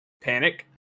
panic